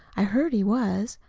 i heard he was.